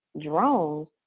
drones